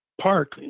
park